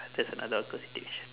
that's another awkward situation